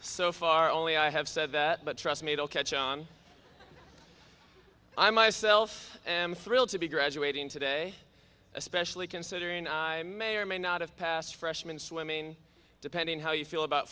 so far only i have said that but trust me it will catch on i myself am thrilled to be graduating today especially considering i may or may not have passed freshman swimming depending how you feel about